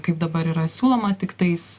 kaip dabar yra siūloma tiktai su